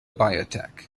biotech